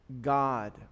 God